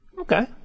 Okay